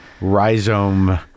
rhizome